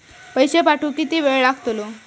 पैशे पाठवुक किती वेळ लागतलो?